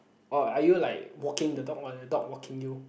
or are you like walking the dog or the dog walking you